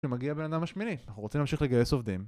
כשמגיע הבן אדם השמיני. אנחנו רוצים להמשיך לגייס עובדים